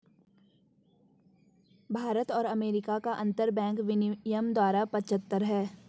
भारत और अमेरिका का अंतरबैंक विनियम दर पचहत्तर है